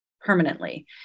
permanently